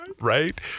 Right